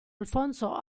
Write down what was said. alfonso